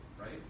right